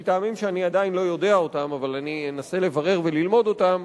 מטעמים שאני עדיין לא יודע אותם אבל אני אנסה לברר וללמוד אותם,